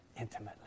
intimately